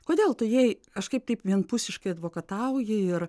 kodėl tu jai kažkaip taip vienpusiškai advokatauji ir